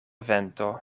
vento